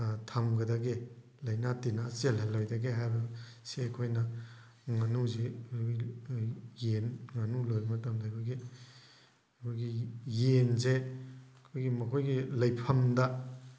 ꯊꯝꯒꯗꯒꯦ ꯂꯥꯏꯅꯥ ꯇꯤꯟꯅꯥ ꯆꯦꯜꯍꯜꯂꯣꯏꯗꯒꯦ ꯍꯥꯏꯕꯁꯦ ꯑꯩꯈꯣꯏꯅ ꯉꯥꯅꯨꯁꯤ ꯌꯦꯟ ꯉꯥꯅꯨ ꯂꯣꯏꯕ ꯃꯇꯝꯗ ꯑꯩꯈꯣꯏꯒꯤ ꯑꯩꯈꯣꯏꯒꯤ ꯌꯦꯟꯁꯦ ꯑꯩꯈꯣꯏꯒꯤ ꯃꯈꯣꯏꯒꯤ ꯂꯩꯐꯝꯗ